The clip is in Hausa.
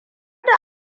da